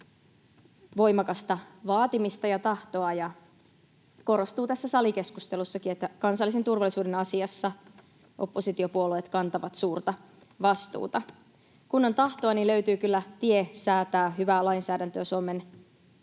voimakasta vaatimista ja tahtoa, ja tässä salikeskustelussakin korostuu, että kansallisen turvallisuuden asiassa oppositiopuolueet kantavat suurta vastuuta. Kun on tahtoa, niin löytyy kyllä tie säätää hyvää lainsäädäntöä Suomen